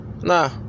Nah